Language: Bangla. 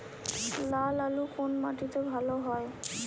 লাল আলু কোন মাটিতে ভালো হয়?